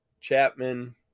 Chapman